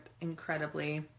incredibly